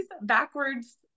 backwards